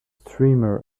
streamer